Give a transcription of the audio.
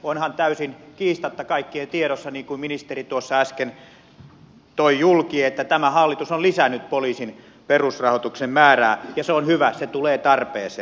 onhan täysin kiistatta kaikkien tiedossa niin kuin ministeri tuossa äsken toi julki että tämä hallitus on lisännyt poliisin perusrahoituksen määrää ja se on hyvä se tulee tarpeeseen